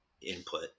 input